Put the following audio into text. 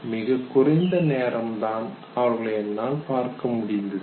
மிக குறைந்த நேரம் தான் அவர்களை என்னால் பார்க்க முடிந்தது